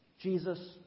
Jesus